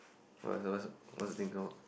what's the what's the thing come out